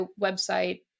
website